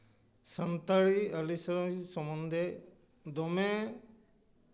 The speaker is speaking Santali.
ᱥᱟᱱᱛᱟᱲᱤ ᱟᱹᱨᱤᱪᱟᱹᱞᱤ ᱥᱚᱢᱚᱱᱫᱷᱮ ᱫᱚᱢᱮ